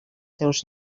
seus